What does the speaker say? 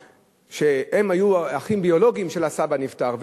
שהם היו אחים ביולוגיים של הסבא הנפטר,